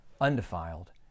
undefiled